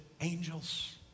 angels